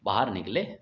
باہر نکلے